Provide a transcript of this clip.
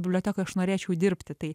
bibliotekoj aš norėčiau dirbti tai